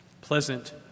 pleasant